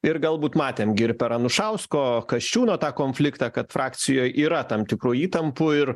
ir galbūt matėm gi ir per anušausko kasčiūno tą konfliktą kad frakcijoj yra tam tikrų įtampų ir